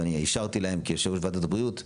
ואני אישרתי להם כיושב ראש וועדת הבריאות,